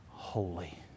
holy